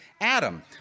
Adam